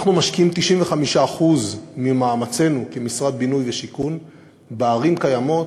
אנחנו משקיעים 95% ממאמצינו כמשרד בינוי ושיכון בערים קיימות,